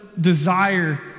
desire